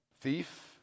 thief